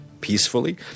peacefully